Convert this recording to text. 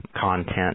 content